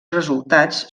resultats